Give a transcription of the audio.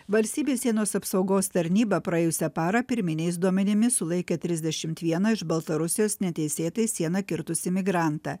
valstybės sienos apsaugos tarnyba praėjusią parą pirminiais duomenimis sulaikė trisdešimt vieną iš baltarusijos neteisėtai sieną kirtusį migrantą